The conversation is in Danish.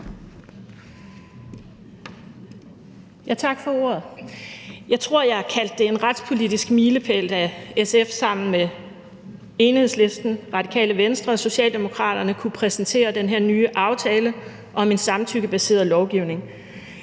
Tak for ordet. Jeg tror, jeg kaldte det en retspolitisk milepæl, da SF sammen med Enhedslisten, Radikale Venstre og Socialdemokraterne kunne præsentere den her nye aftale om en samtykkebaseret lovgivning.